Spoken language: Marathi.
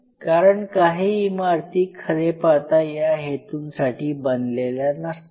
कारण काही इमारती खरे पाहता या हेतूंसाठी बनलेल्या नसतात